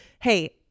hey